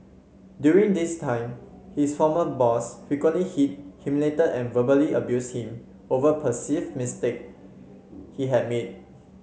during this time his former boss frequently hit humiliated and verbally abuse him over perceived mistake he had made